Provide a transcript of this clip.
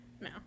No